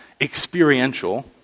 experiential